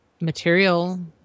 material